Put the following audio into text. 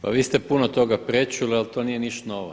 Pa vi ste puno toga prečuli ali to nije ništa novo.